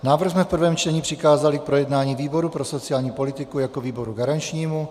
Návrh jsme v prvém čtení přikázali k projednání výboru pro sociální politiku jako výboru garančnímu.